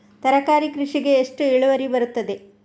ತರಕಾರಿ ಕೃಷಿಗೆ ಎಷ್ಟು ಇಳುವರಿ ಬರುತ್ತದೆ?